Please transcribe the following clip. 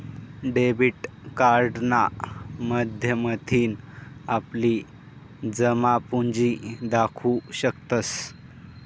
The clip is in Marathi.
डेबिट कार्डना माध्यमथीन आपली जमापुंजी दखु शकतंस